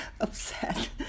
upset